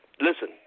listen